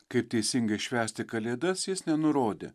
kaip teisingai švęsti kalėdas jis nenurodė